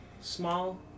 small